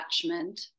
attachment